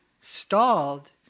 stalled